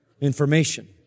information